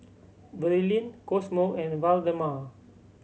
Verlyn Cosmo and Waldemar